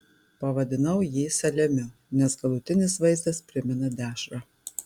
pavadinau jį saliamiu nes galutinis vaizdas primena dešrą